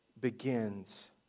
begins